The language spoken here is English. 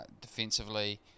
defensively